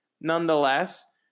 nonetheless